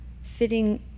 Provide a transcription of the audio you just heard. fitting